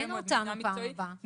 תזמינו אותנו בפעם הבאה.